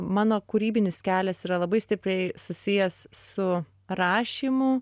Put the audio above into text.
mano kūrybinis kelias yra labai stipriai susijęs su rašymu